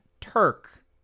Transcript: Turk